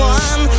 one